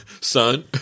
Son